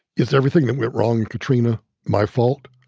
it's everything that went wrong. katrina my fault,